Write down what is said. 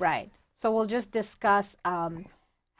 right so we'll just discuss